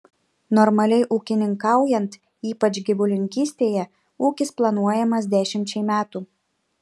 normaliai ūkininkaujant ypač gyvulininkystėje ūkis planuojamas dešimčiai metų